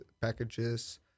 packages